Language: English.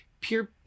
pure